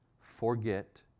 forget